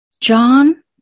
John